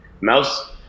Mouse